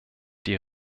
die